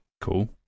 Cool